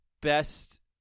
best